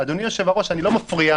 אדוני היושב-ראש, אני לא מפריע.